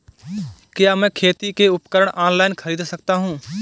क्या मैं खेती के उपकरण ऑनलाइन खरीद सकता हूँ?